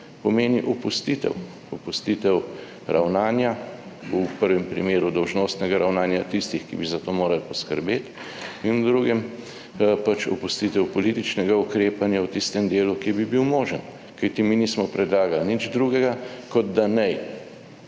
pomeni opustitev, opustitev ravnanja, v prvem primeru dolžnostnega ravnanja tistih, ki bi za to morali poskrbeti in v drugem pač opustitev političnega ukrepanja v tistem delu, ki bi bil možen, kajti mi nismo predlagali nič drugega, kot da naj